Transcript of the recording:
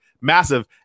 massive